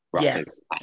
Yes